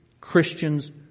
Christians